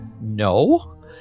no